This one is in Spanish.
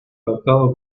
adoptado